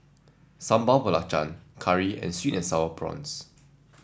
Sambal Belacan curry and sweet and sour prawns